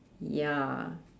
ya